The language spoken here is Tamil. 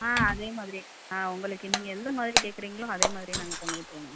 ஆ அதே மாதிரியே ஆ உங்களுக்கு நீங்கள் எந்த மாதிரி கேட்குறீங்களோ அதே மாதிரியே நாங்கள் பண்ணி விட்டுருவோம் மேம்